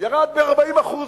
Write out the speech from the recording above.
ירד ב-40% בשיא.